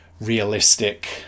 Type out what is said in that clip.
realistic